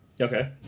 Okay